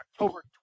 October